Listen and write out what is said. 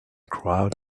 crowd